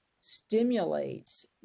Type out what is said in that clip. stimulates